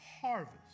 harvest